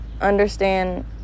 Understand